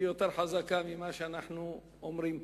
היא יותר חזקה ממה שאנחנו אומרים פה.